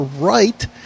right